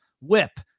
whip